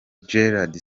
gerard